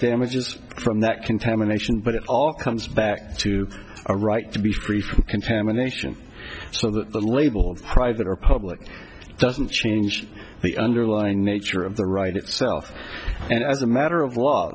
damage just from that contamination but it all comes back to a right to be contamination so that the label private or public doesn't change the underlying nature of the right itself and as a matter of law